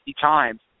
times